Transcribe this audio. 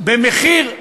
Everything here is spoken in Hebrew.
במחיר הגון.